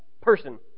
person